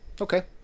Okay